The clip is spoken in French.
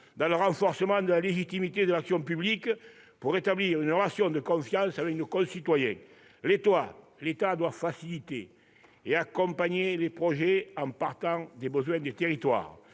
dans le renforcement de la légitimité de l'action publique pour rétablir une relation de confiance avec nos concitoyens. L'État doit faciliter et accompagner les projets en partant des besoins des territoires.